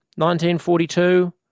1942